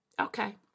Okay